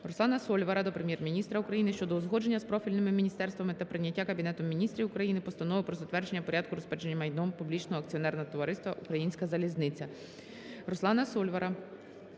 Руслана Сольвара до Прем'єр-міністра України щодо узгодження з профільними міністерствами та прийняття Кабінетом Міністрів України Постанови "Про затвердження Порядку розпорядження майном публічного акціонерного товариства "Українська залізниця".